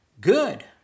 Good